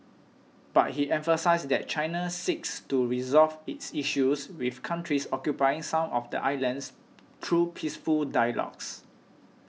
but he emphasised that China seeks to resolve its issues with countries occupying some of the islands through peaceful dialogues